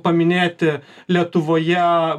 paminėti lietuvoje